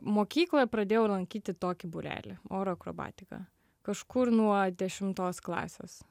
mokykloje pradėjau lankyti tokį būrelį oro akrobatika kažkur nuo dešimtos klasės